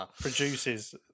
produces